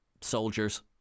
soldiers